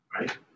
Right